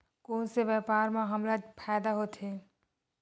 कोन से व्यापार म हमला फ़ायदा होथे?